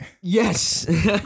Yes